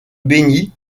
bénit